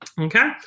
okay